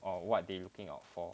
or what they are looking out for